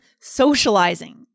socializing